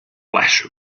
flash